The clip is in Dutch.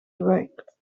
geweigerd